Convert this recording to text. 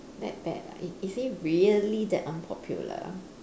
that bad ah is is he really that unpopular